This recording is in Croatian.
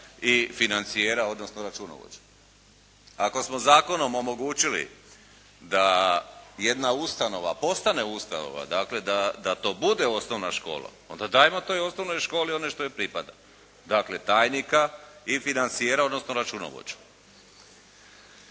i financijera, odnosno računovođu. Ako smo zakonom omogućili da jedna ustanova postane ustanova, dakle da to bude osnovna škola onda dajmo toj osnovnoj školi ono što joj pripada. Dakle, tajnika i financijera, odnosno računovođu.